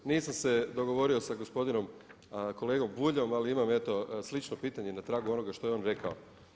Nisam se dogovorio sa gospodinom kolegom Buljom ali imam eto slično pitanje na tragu onoga što je on rekao.